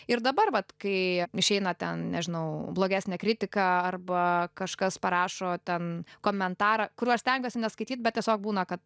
ir dabar vat kai išeina ten nežinau blogesnė kritika arba kažkas parašo ten komentarą kurių aš stengiuosi neskaityt bet tiesiog būna kad